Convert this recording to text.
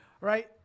right